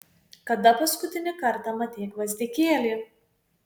kada paskutinį kartą matei gvazdikėlį